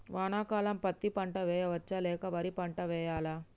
వానాకాలం పత్తి పంట వేయవచ్చ లేక వరి పంట వేయాలా?